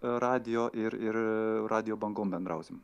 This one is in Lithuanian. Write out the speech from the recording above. radijo ir ir radijo bangom bendrausim